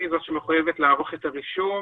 היא זו שמחויבת לערוך את הרישום